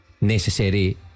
Necessary